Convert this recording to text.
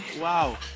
wow